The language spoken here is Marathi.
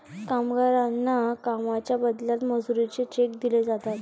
कामगारांना कामाच्या बदल्यात मजुरीचे चेक दिले जातात